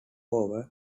over